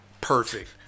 perfect